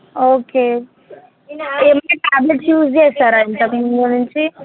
okay ఎమన్న tablets use చేస్తారా ఇంతకముందు నుంచి